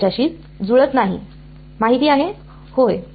माहिती आहे होय